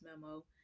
memo